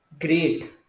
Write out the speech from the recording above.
great